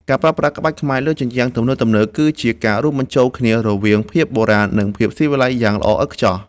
ការប្រើប្រាស់ក្បាច់ខ្មែរលើជញ្ជាំងទំនើបៗ គឺជាការរួមបញ្ចូលគ្នារវាងភាពបុរាណ និងភាពស៊ីវិល័យយ៉ាងល្អឥតខ្ចោះ។